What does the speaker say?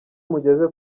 mugeze